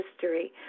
History